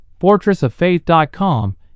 FortressOfFaith.com